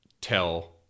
tell